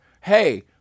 hey